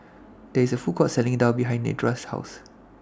There IS A Food Court Selling Daal behind Nedra's House